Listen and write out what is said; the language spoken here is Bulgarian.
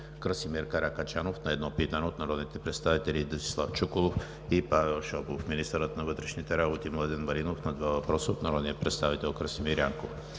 Красимир Каракачанов на едно питане от народните представители Десислав Чуколов и Павел Шопов; - министърът на вътрешните работи Младен Маринов на два въпроса от народния представител Красимир Янков;